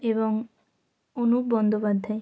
এবং অনুপ বন্দ্যোপাধ্যায়